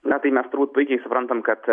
na tai mes turbūt puikiai suprantam kad